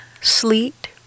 sleet